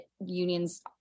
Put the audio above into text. unions